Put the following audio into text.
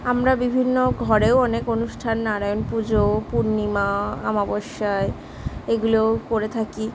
আমরা বিভিন্ন ঘরেও অনেক অনুষ্ঠান নারায়ণ পুজো পূর্ণিমা আমাবস্যায় এগুলোও করে থাকি